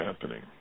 happening